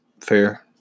Fair